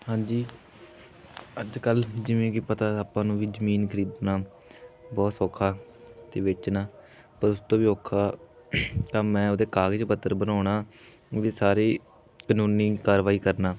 ਹਾਂਜੀ ਅੱਜ ਕੱਲ੍ਹ ਜਿਵੇਂ ਕਿ ਪਤਾ ਆਪਾਂ ਨੂੰ ਵੀ ਜ਼ਮੀਨ ਖਰੀਦਣਾ ਬਹੁਤ ਸੌਖਾ ਅਤੇ ਵੇਚਣਾ ਉਸ ਤੋਂ ਵੀ ਔਖਾ ਕੰਮ ਹੈ ਉਹਦੇ ਕਾਗਜ਼ ਪੱਤਰ ਬਣਾਉਣਾ ਉਹਦੇ ਸਾਰੇ ਕਾਨੂੰਨੀ ਕਾਰਵਾਈ ਕਰਨਾ